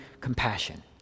compassion